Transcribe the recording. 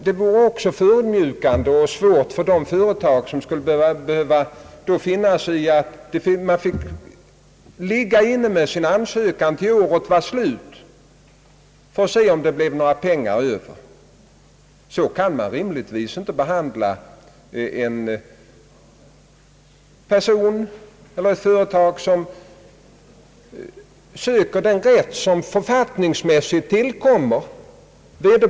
Det vore också förödmjukande och besvärligt för de företag, som skulle behöva finna sig i att ligga inne med sin ansökan till årets slut och avvakta :om det blir några pengar över. Så kan man rimligtvis inte behandla ett företag, som söker den rätt vilken författningsmässigt tillkommer det.